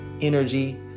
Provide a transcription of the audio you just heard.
energy